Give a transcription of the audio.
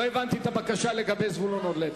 לא הבנתי את הבקשה לגבי זבולון אורלב.